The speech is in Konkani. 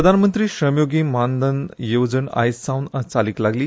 प्रधानमंत्री श्रम योगी मानधन येवजण आयज सावन चालीक लागली